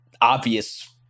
obvious